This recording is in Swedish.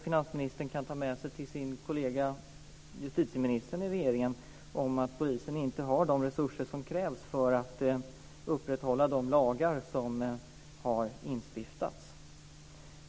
Finansministern kan kanske ta med sig till sin kollega i regeringen, justitieministern, att polisen inte har de resurser som krävs för att upprätthålla de lagar som har instiftats.